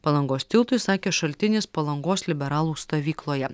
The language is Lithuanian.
palangos tiltui sakė šaltinis palangos liberalų stovykloje